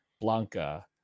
blanca